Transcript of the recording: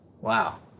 Wow